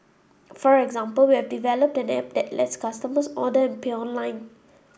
for example we have developed an app that lets customers order and pay online